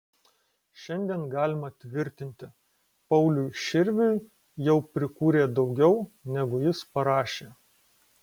šiandien galima tvirtinti pauliui širviui jau prikūrė daugiau negu jis parašė